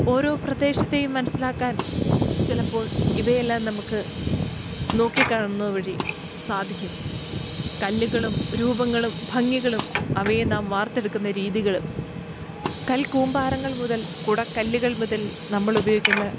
ഓരോ പ്രദേശത്തേയും മനസ്സിലാക്കാൻ ചിലപ്പോൾ ഇവയെല്ലാം നമുക്ക് നോക്കിക്കാണുന്നത് വഴി സാധിക്കും കല്ലുകളും രൂപങ്ങളും ഭംഗികളും അവയെ നാം വാർത്തെടുക്കുന്ന രീതികളും കൽക്കൂമ്പാരങ്ങൾ മുതൽ കുടക്കല്ലുകൾ മുതൽ നമ്മൾ ഉപയോഗിക്കുന്ന